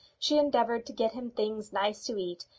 she endeavoured to get him things nice to eat,